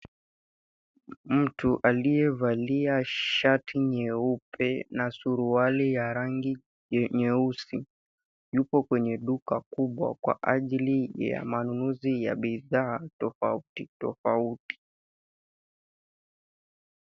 Mtu aliyevalia shati nyeupe na suruali ya rangi nyeusi, yupo kwenye duka kubwa kwa ajili ya manunuzi ya bidhaa tofauti tofauti